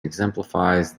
exemplifies